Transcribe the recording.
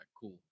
cool